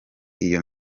iyo